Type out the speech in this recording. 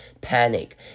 panic